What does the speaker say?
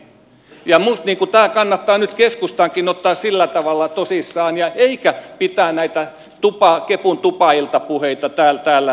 minusta tämä kannattaa nyt keskustankin ottaa sillä tavalla tosissaan eikä pitää näitä kepun tupailtapuheita täällä täysistunnossa